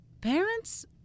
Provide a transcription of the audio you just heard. parents